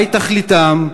מהי תכליתם?